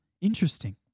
Interesting